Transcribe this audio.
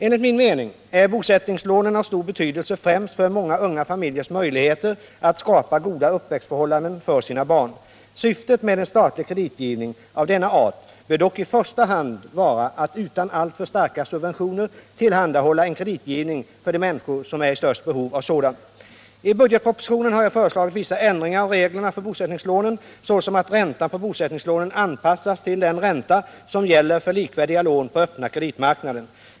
Enligt min mening är bosättningslånen av stor betydelse främst för många unga familjers möjligheter att skapa goda uppväxtförhållanden för sina barn. Syftet med en statlig kreditgivning av denna art bör dock i första hand vara att utan alltför starka subventioner tillhandahålla en kreditgivning för de människor som är i det största behovet av en sådan. I budgetpropositionen har jag föreslagit vissa ändringar av reglerna för bosättningslånen, såsom att räntan på bosättningslånen anpassas till den ränta som gäller för likvärdiga lån på den öppna kreditmarknaden.